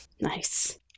Nice